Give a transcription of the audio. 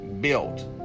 built